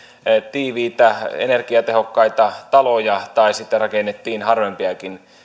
tiiviitä energiatehokkaita taloja tai rakennettiin sitten harvempiakin